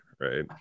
right